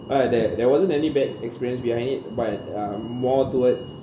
but there there wasn't any bad experience behind it but I'm more towards